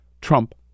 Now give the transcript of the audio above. Trump